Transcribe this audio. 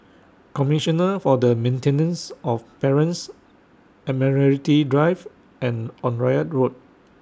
Commissioner For The Maintenance of Parents Admiralty Drive and Onraet Road